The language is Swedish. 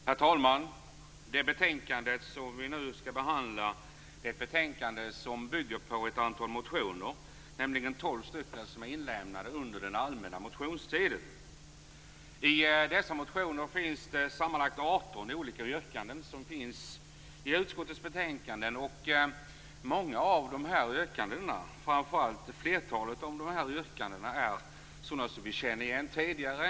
Herr talman! Det betänkande som vi nu skall behandla bygger på ett antal motioner. Det är tolv motioner som är inlämnade under den allmänna motionstiden. I dessa motioner finns det sammanlagt 18 olika yrkanden som finns i utskottets betänkande. Flertalet av de här yrkandena är sådana som vi känner igen sedan tidigare.